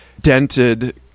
dented